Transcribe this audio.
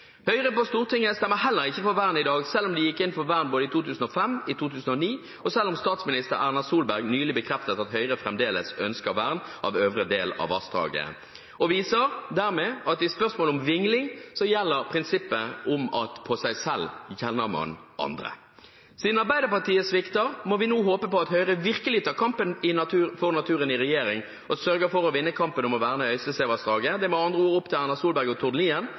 Høyre har rett i sin kritikk. Høyre på Stortinget stemmer heller ikke for vern i dag, selv om de gikk inn for vern både i 2005 og i 2009, og selv om statsminister Erna Solberg nylig bekreftet at Høyre fremdeles ønsker vern av øvre del av vassdraget. De viser dermed at i spørsmålet om vingling gjelder prinsippet om at på seg selv kjenner man andre. Siden Arbeiderpartiet svikter, må vi nå håpe på at Høyre virkelig tar kampen for naturen i regjering og sørger for å vinne kampen om å verne Øystesevassdraget.